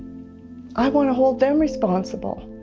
i want to hold them responsible.